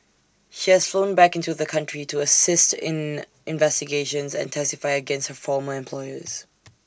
she has flown back into the country to assist in investigations and testify against her former employers